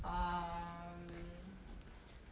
um